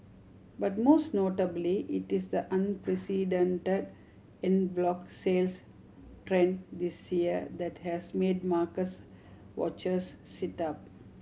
but most notably it is the unprecedented en bloc sales trend this year that has made watchers sit up